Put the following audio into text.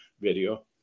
video